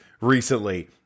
recently